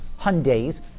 Hyundai's